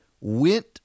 went